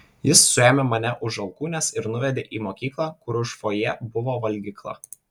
jis suėmė mane už alkūnės ir nuvedė į mokyklą kur už fojė buvo valgykla